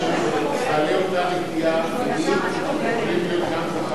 בעלי אותה נטייה מינית יכולים להיות גם זכר ונקבה.